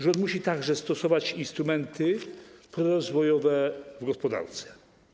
Rząd musi także stosować instrumenty prorozwojowe w gospodarce.